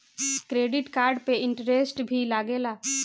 Credit card पे interest भी लागेला?